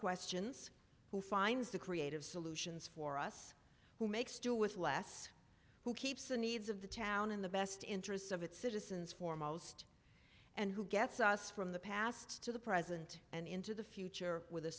questions who finds the creative solutions for us who makes do with less who keeps the needs of the town in the best interests of its citizens foremost and who gets us from the past to the present and into the future with a